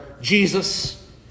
Jesus